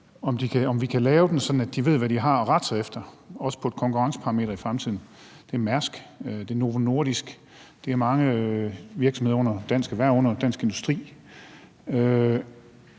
om vi kan lave den, så de ved, hvad de har at rette sig efter, også i forhold til et konkurrenceparameter i fremtiden. Det er Mærsk, det er Novo Nordisk, det er mange virksomheder under Dansk Erhverv og under Dansk Industri.